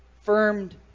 firmed